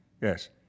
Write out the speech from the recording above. yes